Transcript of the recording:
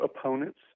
opponents